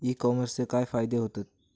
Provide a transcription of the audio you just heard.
E कॉमर्सचे काय काय फायदे होतत?